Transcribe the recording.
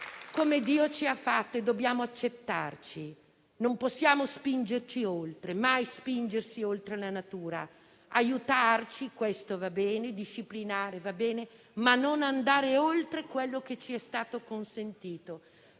come Dio ci ha fatti e dobbiamo accettarci, non possiamo spingerci oltre, mai spingersi oltre la natura. Va bene aiutarci, disciplinare, ma non andare oltre quello che ci è stato consentito,